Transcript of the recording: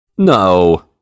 No